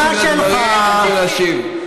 אתם יכולים להקשיב לדברים בלי להשיב.